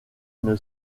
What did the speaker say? une